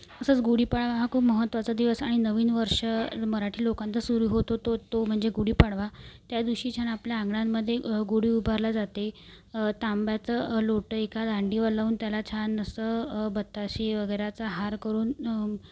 तसंच गुढी पाडवा हा खूप महत्वाचा दिवस आणि नवीन वर्ष मराठी लोकांचा सुरु होतो तो तो म्हणजे गुढी पाडवा त्या दिवशी छान आपल्या अंगणांमध्ये गुढी उभारली जाते तांब्याचं लोटं एका दांडीवर लावून त्याला छान असं बत्ताशे वगैरेचा हार करून